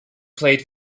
played